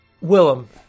Willem